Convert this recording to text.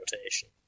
rotation